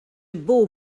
beau